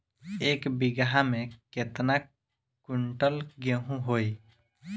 एक बीगहा में केतना कुंटल गेहूं होई?